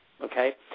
okay